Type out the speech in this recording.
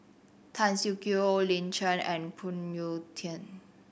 Tan Siak Kew Lin Chen and Phoon Yew Tien